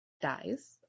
dies